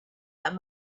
that